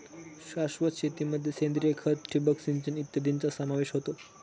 शाश्वत शेतीमध्ये सेंद्रिय खत, ठिबक सिंचन इत्यादींचा समावेश होतो